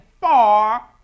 far